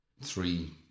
three